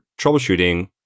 troubleshooting